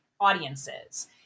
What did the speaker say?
audiences